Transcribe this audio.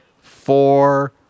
four